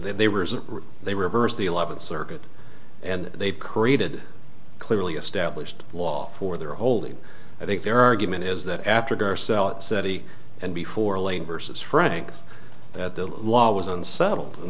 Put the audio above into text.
were they reversed the eleventh circuit and they've created clearly established law for their holding i think their argument is that after selig city and before lane versus right that the law was unsettled and